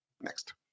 Next